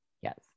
Yes